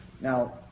Now